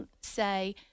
say